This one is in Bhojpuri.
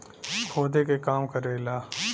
खोदे के काम करेला